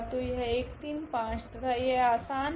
तो यह 1 3 5 तथा यह आसान है